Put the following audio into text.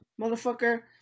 Motherfucker